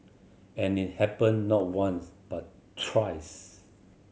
and it happened not once but thrice